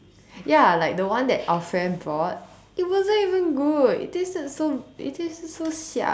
ya like the one that our friend brought it wasn't even good it tasted so it tasted so siab